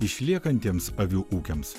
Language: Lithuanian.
išliekantiems avių ūkiams